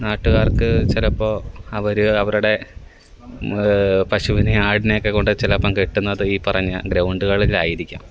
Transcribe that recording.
നാട്ടുകാർക്ക് ചിലപ്പോൾ അവർ അവരുടെ പശുവിനെ ആടിനെയൊക്കെ കൊണ്ട് ചിലപ്പം കെട്ടുന്നത് ഈ പറഞ്ഞ ഗ്രൗണ്ടുകളിലായിരിക്കാം